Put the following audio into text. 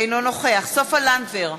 אינו נוכח סופה לנדבר,